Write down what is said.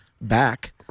back